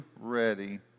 ready